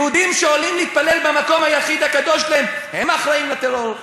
יהודים שעולים להתפלל במקום היחיד הקדוש להם הם האחראים לטרור.